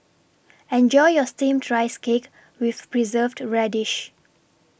Enjoy your Steamed Rice Cake with Preserved Radish